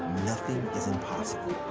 nothing is impossible.